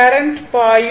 current பாயும்